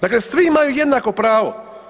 Dakle svi imaju jednako pravo.